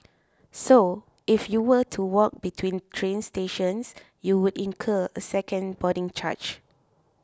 so if you were to walk between train stations you would incur a second boarding charge